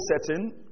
setting